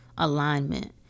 Alignment